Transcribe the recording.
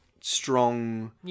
strong